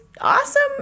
awesome